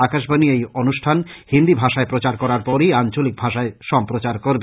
আকাশবানী এই অনুষ্ঠান হিন্দ ভাষায় প্রচার করার পরই আঞ্চলিক ভাষায় সম্প্রচার করবে